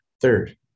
Third